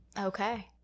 Okay